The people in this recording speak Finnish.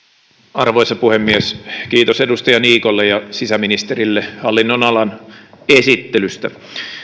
arvoisa puhemies kiitos edustaja niikolle ja sisäministerille hallinnonalan esittelystä